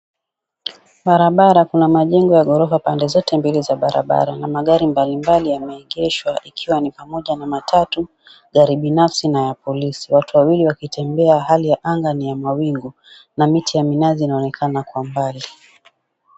Barabara kuna majengo ya ghorofa pande zote mbili za barabara na magari mbalimbali yameegeshwa ikiwa ni pamoja na matatu, gari binafsi na ya polisi. Watu wawili wakitembea. Hali ya anga ni ya mawingu na miti ya minazi inaonekana kwa mbali.